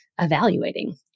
evaluating